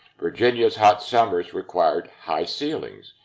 virginia's hot summers required high ceilings.